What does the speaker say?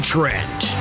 Trent